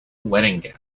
wedding